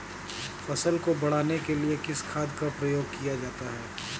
फसल को बढ़ाने के लिए किस खाद का प्रयोग किया जाता है?